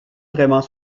vraiment